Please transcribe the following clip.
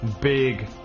big